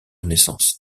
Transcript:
naissance